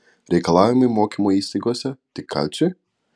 reikalavimai mokymo įstaigose tik kalciui